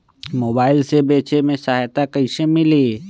Mobile से बेचे में सहायता कईसे मिली?